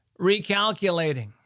recalculating